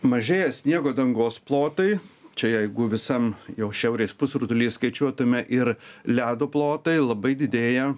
mažėja sniego dangos plotai čia jeigu visam jau šiaurės pusrutulyje skaičiuotume ir ledo plotai labai didėja